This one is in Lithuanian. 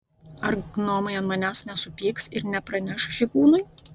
ar gnomai ant manęs nesupyks ir nepraneš žygūnui